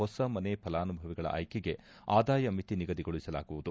ಹೊಸ ಮನೆ ಫಲಾನುಭವಿಗಳ ಆಯ್ಕೆಗೆ ಆದಾಯ ಮಿತಿ ನಿಗದಿಗೊಳಿಸಲಾಗುವುದು